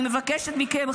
אני מבקשת מכם,